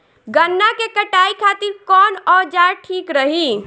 गन्ना के कटाई खातिर कवन औजार ठीक रही?